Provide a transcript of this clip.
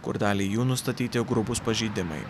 kur daliai jų nustatyti grubūs pažeidimai